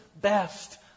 Best